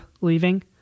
leaving